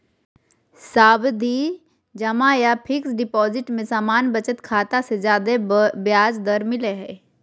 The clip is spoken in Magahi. सावधि जमा या फिक्स्ड डिपाजिट में सामान्य बचत खाता से ज्यादे ब्याज दर मिलय हय